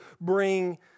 bring